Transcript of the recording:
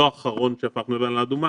לא האחרון שהפך אותה לאדמה,